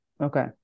Okay